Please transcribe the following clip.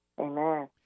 Amen